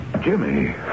Jimmy